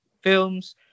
films